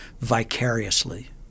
vicariously